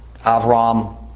Avram